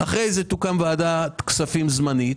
אחרי כן תוקם ועדת כספים זמנית,